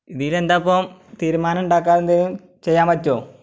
ഇതിനെന്താപ്പം തീരുമനമുണ്ടാക്കാനെന്തെങ്കിലും ചെയ്യാൻ പറ്റുമോ